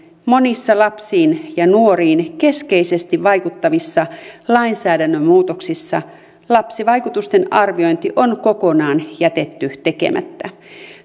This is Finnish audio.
monissa lapsiin ja nuoriin keskeisesti vaikuttavissa lainsäädännön muutoksissa lapsivaikutusten arviointi on kokonaan jätetty tekemättä